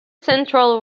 central